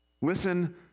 Listen